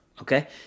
okay